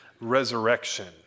resurrection